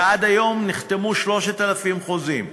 ועד היום נחתמו 3,000 חוזים.